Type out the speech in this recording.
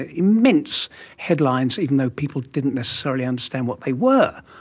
ah immense headlines, even though people didn't necessarily understand what they were